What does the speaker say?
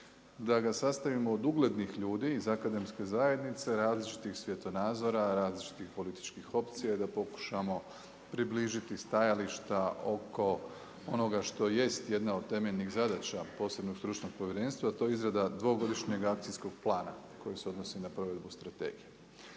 da ga sastavimo od uglednih ljudi iz akademske zajednice, različitih svjetonazora, različitih političkih opcija, da pokušamo približiti stajališta oko onoga što jest jedna od temeljnih zadaća posebnog stručnog povjerenstva a to je izrada dvogodišnjeg akcijskog plana koji se odnosi na provedbu strategije.